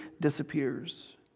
disappears